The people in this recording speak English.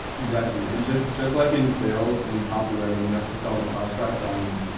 exactly. and just, just like in sales and in copywriting, you have to sell the prospect on.